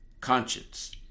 conscience